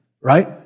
right